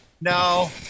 No